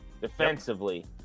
defensively